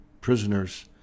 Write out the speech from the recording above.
prisoners